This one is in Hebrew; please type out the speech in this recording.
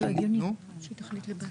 אם ניתנו.